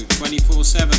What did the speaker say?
24-7